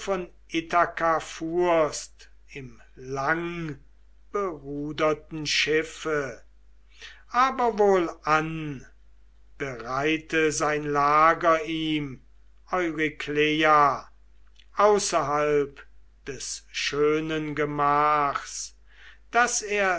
im langberuderten schiffe aber wohlan bereite sein lager ihm eurykleia außerhalb des schönen gemachs das er